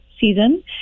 season